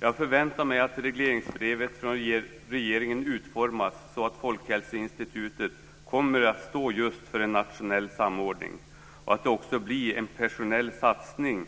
Jag förväntar mig att regleringsbrevet från regeringen utformas så att Folkhälsoinstitutet kommer att stå just för en nationell samordning och att det också blir en personell satsning